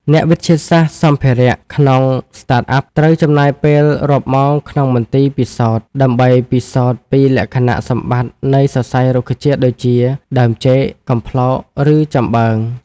អ្នកវិទ្យាសាស្ត្រសម្ភារៈ ក្នុង Startup ត្រូវចំណាយពេលរាប់ម៉ោងក្នុងមន្ទីរពិសោធន៍ ដើម្បីពិសោធន៍ពីលក្ខណៈសម្បត្តិនៃសរសៃរុក្ខជាតិដូចជា ដើមចេក កំប្លោក ឬចំបើង។